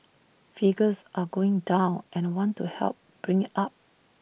figures are going down and I want to help bring IT up